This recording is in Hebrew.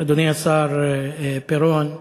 אדוני השר פירון,